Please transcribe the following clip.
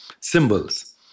symbols